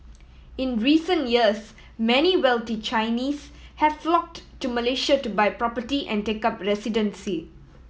in recent years many wealthy Chinese have flocked to Malaysia to buy property and take up residency